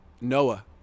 Noah